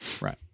Right